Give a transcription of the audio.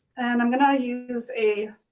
and i'm gonna use a,